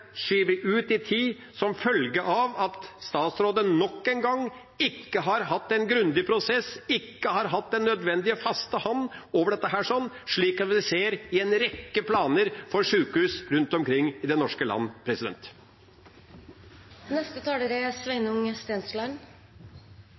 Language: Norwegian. ut i tid som følge av at statsråden nok en gang ikke har hatt en grundig prosess, ikke har hatt den nødvendige faste hånd over dette, slik vi ser i en rekke planer for sykehus rundt omkring i Norges land. Jeg tror ikke vi skal tillegge hverandre noen motiver, jeg tror alle her i salen er